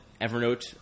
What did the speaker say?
Evernote